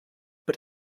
but